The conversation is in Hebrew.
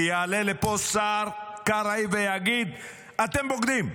כי יעלה לפה השר קרעי ויגיד: אתם בוגדים.